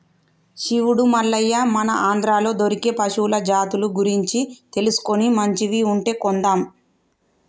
శివుడు మల్లయ్య మన ఆంధ్రాలో దొరికే పశువుల జాతుల గురించి తెలుసుకొని మంచివి ఉంటే కొందాం